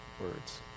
words